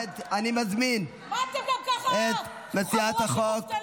כעת אני מזמין את מציעת החוק,